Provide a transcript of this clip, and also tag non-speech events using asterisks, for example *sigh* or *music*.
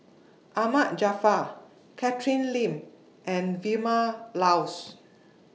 Ahmad Jaafar *noise* Catherine Lim and Vilma Laus